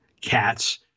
Cats